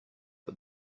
but